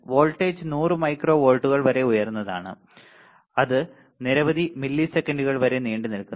voltage 100 micro വോൾട്ടുകൾ വരെ ഉയർന്നതാണ് അത് നിരവധി മില്ലിസെക്കൻഡുകൾ വരെ നീണ്ടുനിൽക്കുന്നു